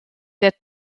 der